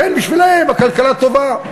לכן בשבילם הכלכלה טובה.